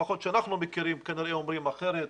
לפחות שאנחנו מכירים כנראה אומרים אחרת.